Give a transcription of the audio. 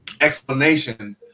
explanation